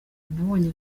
nabonye